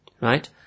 right